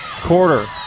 Quarter